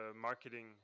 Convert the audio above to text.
marketing